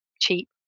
cheap